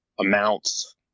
amounts